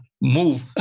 Move